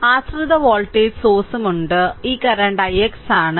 ആശ്രിത വോൾട്ടേജ് സോഴ്സുമുണ്ട് ഈ കറന്റ് ix ആണ്